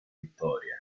vittorie